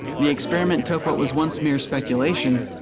the experiment took what was once mere speculation,